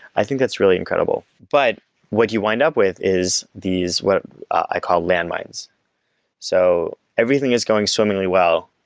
i think that's really incredible. but what you wind up with is these, what i call land mines so everything is going swimmingly well,